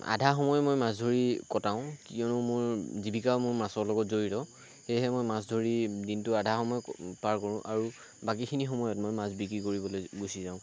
আধা সময় মই মাছ ধৰি কটাওঁ কিয়নো মোৰ জীৱিকা মোৰ মাছৰ লগত জড়িত সেয়েহে মই মাছ ধৰি দিনটোৰ আধা সময় পাৰ কৰোঁ আৰু বাকীখিনি সময়ত মই মাছ বিক্ৰী কৰিবলৈ গুচি যাওঁ